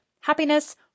happiness